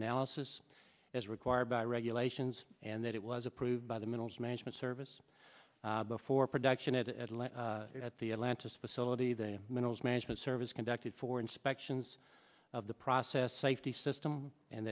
analysis as required by regulations and that it was approved by the minerals management service before production and at last at the atlantis facility the minerals management service conducted for inspections of the process safety system and